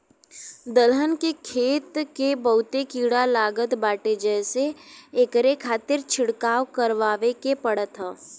दलहन के खेत के बहुते कीड़ा लागत बाटे जेसे एकरे खातिर छिड़काव करवाए के पड़त हौ